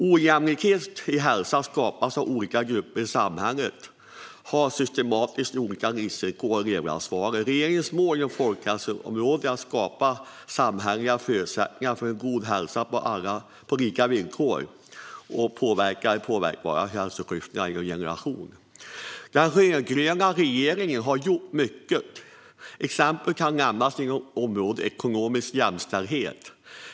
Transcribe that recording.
Ojämlikhet i hälsa skapas av att olika grupper i samhället har systematiskt olika livsvillkor och levnadsvanor. Regeringens mål inom folkhälsoområdet är att skapa samhälleliga förutsättningar för en god hälsa på lika villkor och att de påverkbara hälsoklyftorna ska slutas inom en generation. Den rödgröna regeringen har gjort mycket exempelvis inom området ekonomisk jämställdhet.